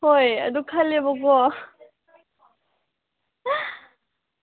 ꯍꯣꯏ ꯑꯗꯣ ꯈꯜꯂꯦꯕꯀꯣ